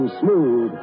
smooth